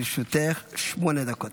לרשותך שמונה דקות.